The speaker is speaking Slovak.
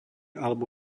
alebo